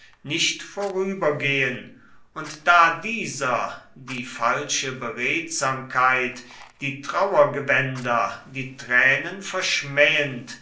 nicht vorübergehen und da dieser die falsche beredsamkeit die trauergewänder die tränen verschmähend